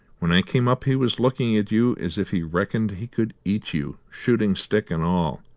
when i came up he was looking at you as if he reckoned he could eat you, shooting-stick and all.